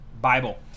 Bible